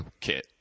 kit